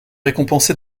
récompensé